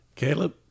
Caleb